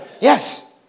Yes